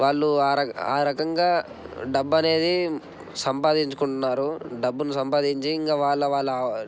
వాళ్ళు ఆ రకంగా ఆ రకంగా డబ్బు అనేది సంపాదించుకుంటున్నారు డబ్బును సంపాదించి ఇంక వాళ్ళ వాళ్ళ